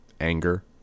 anger